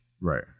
Right